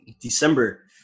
December